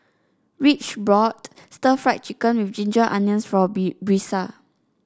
Ridge brought Stir Fried Chicken with Ginger Onions for Brisa